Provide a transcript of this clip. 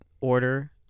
order